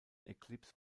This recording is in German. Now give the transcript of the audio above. eclipse